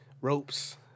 ropes